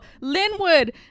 Linwood